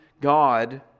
God